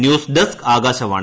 news desk Akashvani